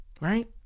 Right